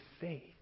faith